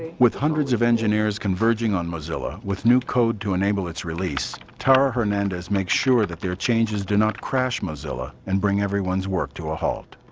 with hundreds of engineers converging on mozilla, with new code to enable its release, tara hernandez makes sure that their changes do not crash mozilla and brings everyones work to a halt.